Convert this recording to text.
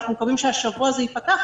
ואנחנו מקווים שהשבוע זה ייפתח,